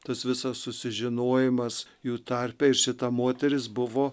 tas visas susižinojimas jų tarpe ir šita moteris buvo